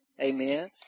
Amen